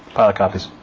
pilot copies.